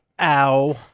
Ow